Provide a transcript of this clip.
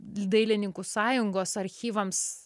dailininkų sąjungos archyvams